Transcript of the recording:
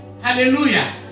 hallelujah